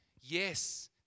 Yes